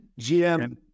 GM